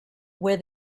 where